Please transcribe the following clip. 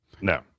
No